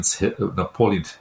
Napoleon